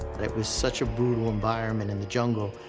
that was such a brutal environment in the jungle,